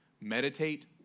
Meditate